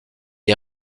est